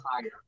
higher